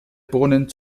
brunnen